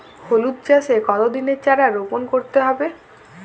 হলুদ চাষে কত দিনের চারা রোপন করতে হবে?